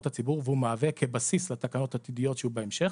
הציבור והוא מהווה כבסיס לתקנות עתידיות שיהיו בהמשך.